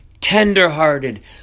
tenderhearted